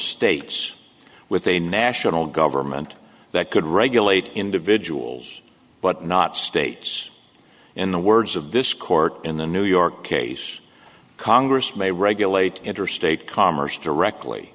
states with a national government that could regulate individuals but not states in the words of this court in the new york case congress may regulate interstate commerce directly